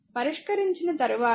పరిష్కరించిన తరువాత i3 1